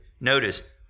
notice